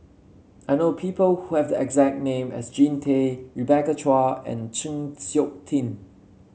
I know people who have the exact name as Jean Tay Rebecca Chua and Chng Seok Tin